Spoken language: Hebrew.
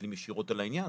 מסתכלים ישירות על העניין,